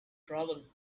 travel